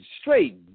straight